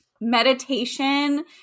meditation